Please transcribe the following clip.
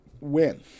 win